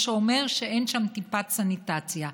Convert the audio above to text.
מה שאומר שאין שם טיפת סניטציה.